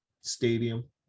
stadium